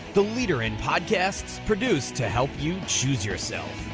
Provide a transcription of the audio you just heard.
the leader in podcasts produced to help you choose yourself.